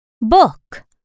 Book